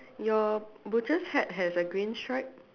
your butcher's hat has a green stripe